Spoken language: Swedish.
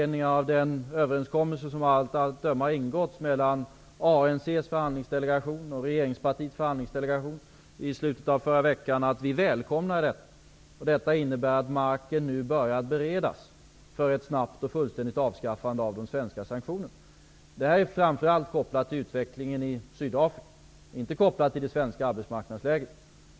Den överenskommelse som av allt att döma har ingåtts mellan ANC:s och regeringens förhandlingsdelegationer i slutet av förra veckan välkomnas av oss. Detta innebär att marken har börjat beredas för ett snabbt och fullständigt avskaffande av de svenska sanktionerna. Det här är framför allt kopplat till utvecklingen i Sydafrika, inte det svenska arbetsmarknadsläget.